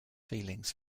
feelings